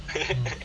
mm